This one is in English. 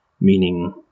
Meaning